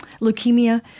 leukemia